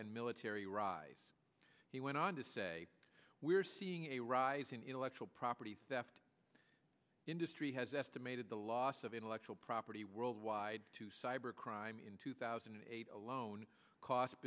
and military rise he went on to say we're seeing a rise in intellectual property theft industry has estimated the loss of intellectual property worldwide to cyber crime in two thousand and eight alone cost